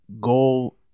goal